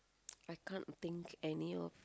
I can't think any of